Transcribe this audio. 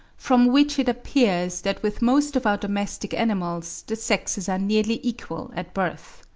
from which it appears that with most of our domestic animals the sexes are nearly equal at birth.